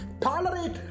tolerate